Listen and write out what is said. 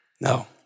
No